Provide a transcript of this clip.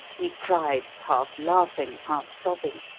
he cried, half laughing, half sobbing.